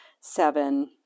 seven